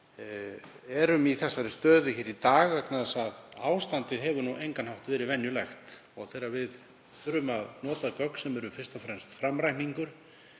erum í þessari stöðu í dag vegna þess að ástandið hefur á engan hátt verið venjulegt. Þegar við þurfum að nota gögn sem eru fyrst og fremst framreikningur